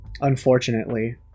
Unfortunately